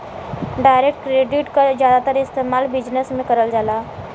direct credit क जादातर इस्तेमाल बिजनेस में करल जाला